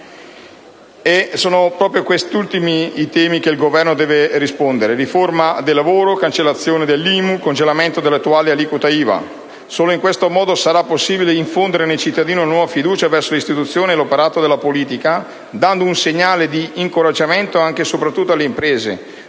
Sono proprio questi ultimi i temi a cui il Governo deve dare risposte: riforma del lavoro, cancellazione dell'IMU e congelamento dell'attuale aliquota IVA. Solo in questo modo sarà possibile infondere nei cittadini una nuova fiducia verso le istituzioni e l'operato della politica dando un segnale di incoraggiamento anche e soprattutto alle imprese,